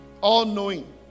all-knowing